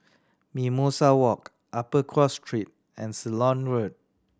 Mimosa Walk Upper Cross Street and Ceylon Road